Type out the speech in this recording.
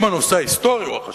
אם הנושא ההיסטורי הוא החשוב.